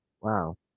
wow